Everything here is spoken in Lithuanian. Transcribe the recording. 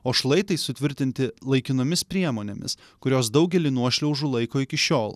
o šlaitai sutvirtinti laikinomis priemonėmis kurios daugelį nuošliaužų laiko iki šiol